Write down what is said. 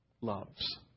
loves